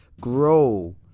Grow